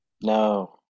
No